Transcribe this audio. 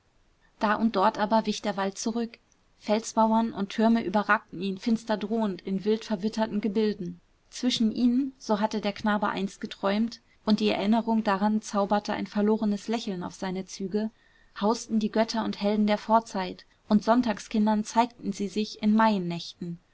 da und dort aber wich der wald zurück felsmauern und türme überragten ihn finster drohend in wild verwitterten gebilden zwischen ihnen so hatte der knabe einst geträumt und die erinnerung daran zauberte ein verlorenes lächeln auf seine züge hausten die götter und helden der vorzeit und sonntagskindern zeigten sie sich in